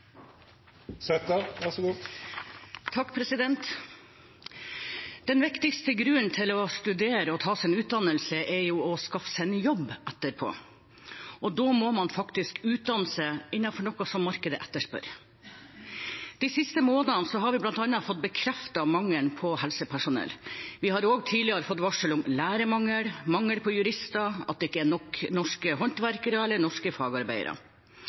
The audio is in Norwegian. å skaffe seg en jobb etterpå. Da må man faktisk utdanne seg innenfor noe markedet etterspør. De siste månedene har vi bl.a. fått bekreftet mangelen på helsepersonell. Vi har tidligere også fått varsel om lærermangel og mangel på jurister, og at det ikke er nok norske håndverkere eller norske fagarbeidere.